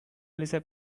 lisa